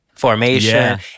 formation